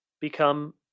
become